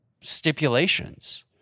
stipulations